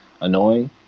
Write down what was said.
annoying